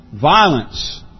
violence